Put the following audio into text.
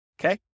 okay